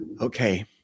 Okay